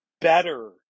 better